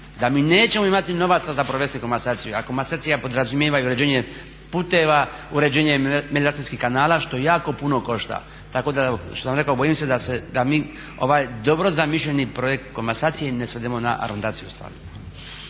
da mi nećemo imati novaca za provesti komasaciju, a komasacija podrazumijeva i uređenje puteva, uređenje melijacijskih kanala što jako puno košta. Tako da evo što sam rekao bojim se da mi ovaj dobro zamišljeni projekt komasacije ne svedemo na arondaciju ….